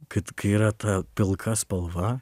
kad kai yra ta pilka spalva